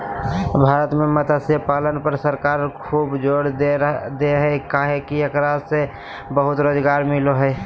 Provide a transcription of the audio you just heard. भारत में मत्स्य पालन पर सरकार खूब जोर दे हई काहे कि एकरा से बहुत रोज़गार मिलो हई